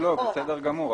בסדר גמור,